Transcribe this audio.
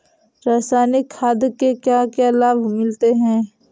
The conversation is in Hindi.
रसायनिक खाद के क्या क्या लाभ मिलते हैं?